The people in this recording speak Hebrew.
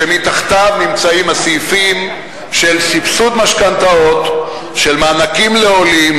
שמתחתיו נמצאים הסעיפים של סבסוד משכנתאות של מענקים לעולים,